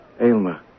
Aylmer